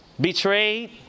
Betrayed